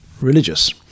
religious